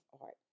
art